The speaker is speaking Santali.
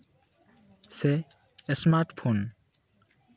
ᱥᱮ ᱮᱥᱢᱟᱨᱴ ᱯᱷᱳᱱ